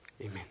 Amen